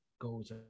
Goes